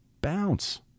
bounce